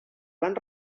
van